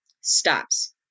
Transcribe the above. stops